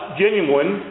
genuine